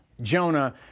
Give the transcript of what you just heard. Jonah